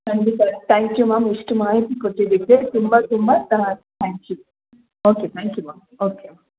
ಖಂಡಿತ thank you ma'am ಇಷ್ಟು ಮಾಹಿತಿ ಕೊಟ್ಟಿದ್ದಕ್ಕೆ ತುಂಬ ತುಂಬ thank you okay thank you ma'am okay ma'am